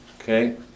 Okay